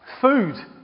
food